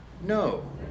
No